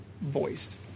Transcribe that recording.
voiced